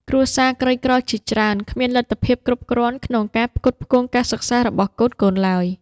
គ្រួសារក្រីក្រជាច្រើនគ្មានលទ្ធភាពគ្រប់គ្រាន់ក្នុងការផ្គត់ផ្គង់ការសិក្សារបស់កូនៗឡើយ។